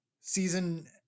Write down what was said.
Season